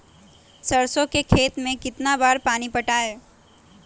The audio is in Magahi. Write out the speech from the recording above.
सरसों के खेत मे कितना बार पानी पटाये?